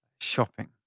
shopping